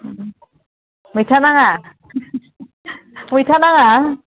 मैथा नाङा मैथा नाङा